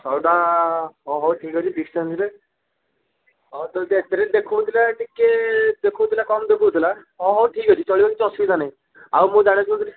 ଶହେ ଟଙ୍କା ହଉ ହଉ ଠିକ୍ ଅଛି ଡିଷ୍ଟାନ୍ସରେ ଟିକେ ଦେଖାଉଥିଲା ଟିକେ କମ ଦେଖାଉଥିଲା ହଉ ହଉ ଠିକ୍ ଅଛି ଚଳିବ କିଛି ଅସୁବିଧା ନାହିଁ ଆଉ ମୁଁ ଜାଣିବାକୁ ଚାଁହୁଥିଲି